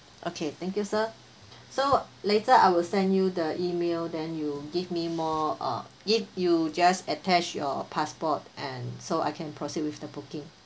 okay thank you sir so later I will send you the email then you give me more uh if you just attach your passport and so I can proceed with the booking